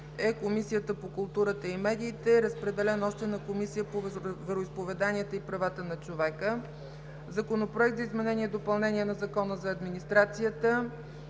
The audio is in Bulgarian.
е Комисията по културата и медиите. Разпределен е и на Комисията по вероизповеданията и правата на човека. Законопроект за изменение и допълнение на Закона за администрацията.